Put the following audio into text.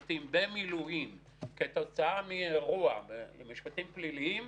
ביחוד של משפחות עם ילדים קטנים.